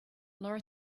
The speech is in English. laura